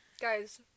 Guys